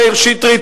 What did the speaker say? מאיר שטרית,